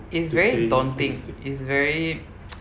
it's very daunting it's very